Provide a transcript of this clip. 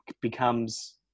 becomes